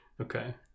Okay